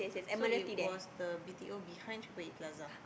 so it was the B_T_O behind triple eight plaza